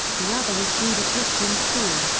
the other is judah christian school,